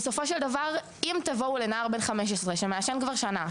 בסופו של דבר אם תבואו לנער בין 15 שמעשן כבר שנה,